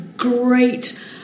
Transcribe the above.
Great